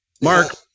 Mark